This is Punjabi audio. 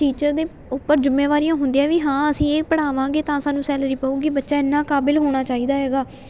ਟੀਚਰ ਦੇ ਉੱਪਰ ਜ਼ਿੰਮੇਵਾਰੀਆਂ ਹੁੰਦੀਆਂ ਵੀ ਹਾਂ ਅਸੀਂ ਇਹ ਪੜ੍ਹਾਵਾਂਗੇ ਤਾਂ ਸਾਨੂੰ ਸੈਲਰੀ ਪਊਗੀ ਬੱਚਾ ਐਨਾ ਕਾਬਲ ਹੋਣਾ ਚਾਹੀਦਾ ਹੈਗਾ